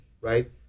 right